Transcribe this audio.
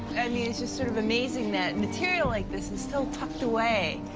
and mean, it's just sort of amazing that material like this is still tucked away.